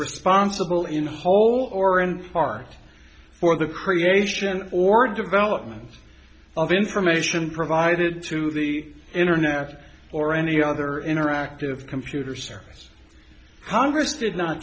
responsible in whole or in part for the creation or development of information provided to the internet or any other interactive computer service congress did not